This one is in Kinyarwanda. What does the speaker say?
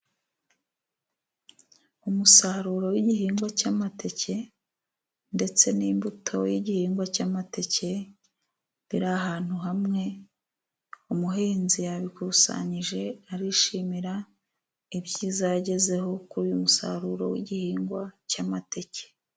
Umusaruro w'igihingwa cy'amateke, ndetse n'imbuto y'igihingwa cy'amateke, biri ahantu hamwe, umuhinzi yabikusanyije arishimira ibyiza yagezeho kuri uyu musaruro w'igihingwa cy'amateke.